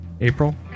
April